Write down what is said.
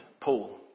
Paul